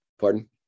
pardon